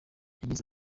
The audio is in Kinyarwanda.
yagize